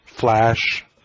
Flash